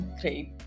great